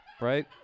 Right